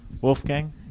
Wolfgang